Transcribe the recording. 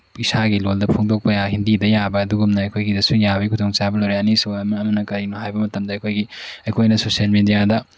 ꯏꯁꯥꯒꯤ ꯂꯣꯜꯗ ꯐꯣꯡꯗꯣꯛꯄ ꯌꯥꯏ ꯍꯤꯟꯗꯤꯗ ꯌꯥꯕ ꯑꯗꯨꯒꯨꯝꯅ ꯑꯩꯈꯣꯏꯒꯤꯗꯁꯨ ꯌꯥꯕꯒꯤ ꯈꯨꯗꯣꯡꯆꯥꯕ ꯂꯩꯔꯦ ꯑꯅꯤꯁꯨꯕ ꯑꯃ ꯑꯃꯅ ꯀꯔꯤꯅꯣ ꯍꯥꯏꯕ ꯃꯇꯝꯗ ꯑꯩꯈꯣꯏꯒꯤ ꯑꯩꯈꯣꯏꯅ ꯁꯣꯁꯤꯑꯦꯜ ꯃꯦꯗꯤꯌꯥꯗ